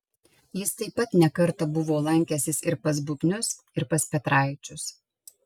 jis taip pat ne kartą buvo lankęsis ir pas bubnius ir pas petraičius